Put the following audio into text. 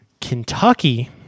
Kentucky